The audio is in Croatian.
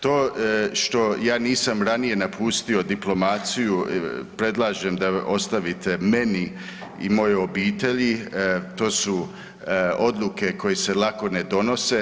To što ja nisam ranije napustio diplomaciju, predlažem da ostavite meni i mojoj obitelji, to su odluke koje se lako ne donose.